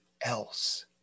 else